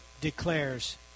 declares